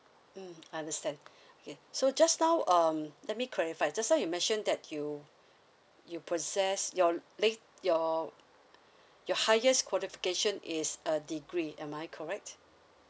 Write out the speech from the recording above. mm understand okay so just now um let me clarify just now you mentioned that you you possess your lev~ your your highest qualification is a degree am I correct